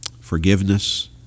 Forgiveness